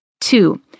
Two